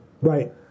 Right